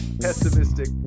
pessimistic